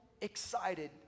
excited